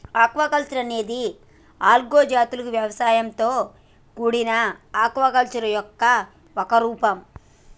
aquaculture అనేది algae జాతుల వ్యవసాయంతో కూడిన ఆక్వాకల్చర్ యొక్క ఒక రూపం